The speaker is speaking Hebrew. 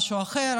משהו אחר.